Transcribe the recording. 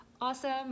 awesome